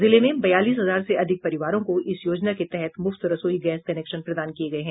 जिले में बयालीस हजार से अधिक परिवारों को इस योजना के तहत मुफ्त रसोई गैस कनेक्शन प्रदान किये गये हैं